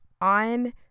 on